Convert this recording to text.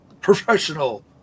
professional